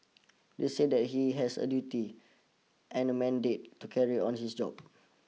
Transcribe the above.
they said that he has a duty and a mandate to carry on his job